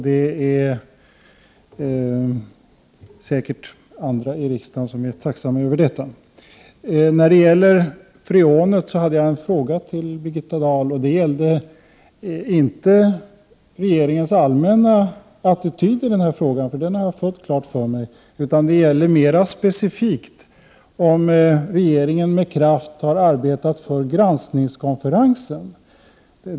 Det är säkert fler än jag i riksdagen som är tacksamma för detta. När det gäller freonet ställde jag en fråga till Birgitta Dahl. Den gällde inte regeringens allmänna attityd i den här frågan — den har jag fullt klar för mig — utan den gällde mer specifikt om regeringen med kraft har arbetat för granskningskonferensen.